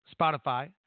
Spotify